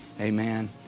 Amen